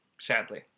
sadly